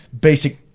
basic